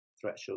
threshold